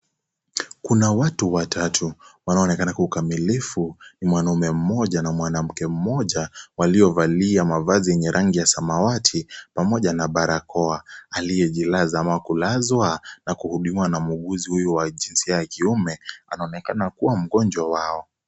Kuna watu watatu. Wanaoonekana kwa ukamilifu ni mwanaume mmoja na mwanamke mmoja, waliovalia mavazi yenye rangi ya samawati pamoja na barakoa. Aliyejilaza ama kulazwa na kuhudumiwa na muuguzi huyu wa jinsia ya kiume, anaonekana kuwa mgonjwa wao.